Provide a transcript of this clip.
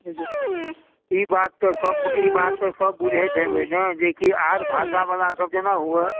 ई बात तऽ सभ बुझैत हेबै ने जेकि आर भाषाबला जेना हुए